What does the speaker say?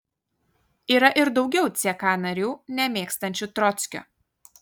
yra ir daugiau ck narių nemėgstančių trockio